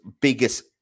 biggest